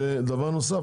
דבר נוסף,